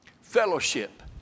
Fellowship